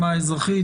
אזרחית,